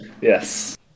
Yes